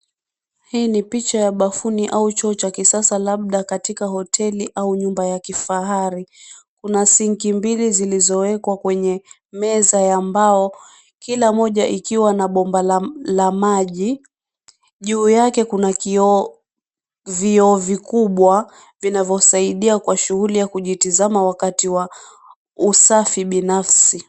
Hii ni picha ya bafuni au choo cha kisasa labda katika hoteli au nyumba ya kifahari, kuna sinki mbili zilizowekwa kwenye meza ya mbao kila moja ikiwa na bomba la maji, juu yake kuna vioo vikubwa vinavyosaidia shughuli ya kujitizama wakati wa usafi binafsi.